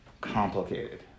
complicated